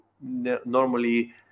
normally